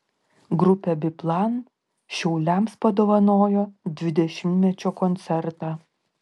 grupė biplan šiauliams padovanojo dvidešimtmečio koncertą